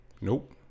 nope